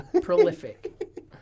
Prolific